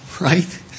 Right